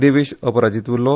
देवेश अपराजीत उरलो